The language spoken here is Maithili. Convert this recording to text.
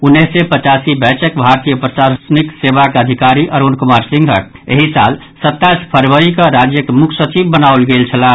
उन्नैस सय पचासी बैचक भारतीय प्रशासनिक सेवाक अधिकारी अरूण कुमार सिंह एहि साल सत्ताईस फरवरी कऽ राज्यक मुख्य सचिव बनाओल गेल छलाह